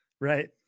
Right